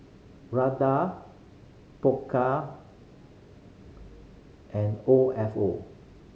Prada Pokka and O F O